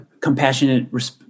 compassionate